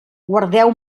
guardeu